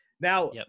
Now